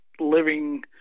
living